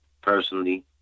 personally